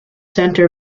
centre